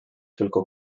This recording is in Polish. tylko